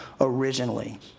originally